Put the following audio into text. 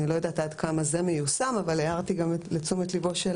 אני לא יודעת עד כמה זה מיושם אבל הערתי גם לתשומת ליבו של